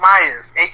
Myers